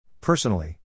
Personally